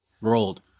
Rolled